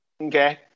okay